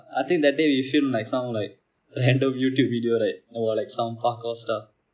I think that day we film like some like randomn youtube video right or like some parkour stunt